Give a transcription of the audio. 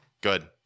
Good